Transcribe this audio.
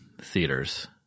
theaters